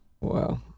Wow